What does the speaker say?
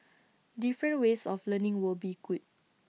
different ways of learning would be good